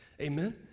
amen